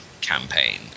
campaign